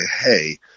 hey